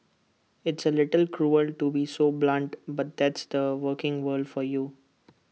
it's A little cruel to be so blunt but that's the working world for you